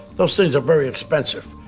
those things are very expensive.